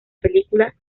película